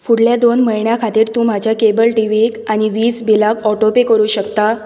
फुडल्या दोन म्हयन्यां खातीर तूं म्हाज्या केबल टीव्हीक आनी वीज बिलाक ऑटो पे करूं शकता